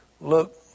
look